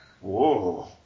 Whoa